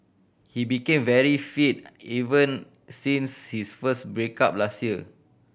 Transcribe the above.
he became very fit even since his first break up last year